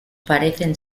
parecen